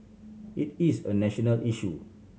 it is a national issue